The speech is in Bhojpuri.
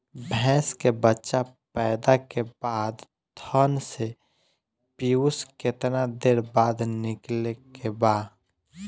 भैंस के बच्चा पैदा के बाद थन से पियूष कितना देर बाद निकले के बा?